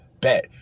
Bet